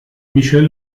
michel